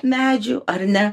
medžių ar ne